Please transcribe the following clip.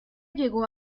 llegó